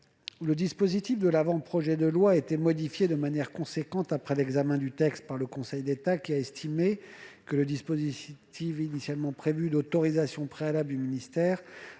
Le dispositif de l'avant-projet de loi a été modifié de manière substantielle, après l'examen du texte par le Conseil d'État, lequel avait estimé que le dispositif initialement prévu d'autorisation préalable du ministère,